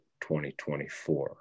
2024